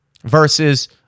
Versus